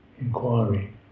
Inquiry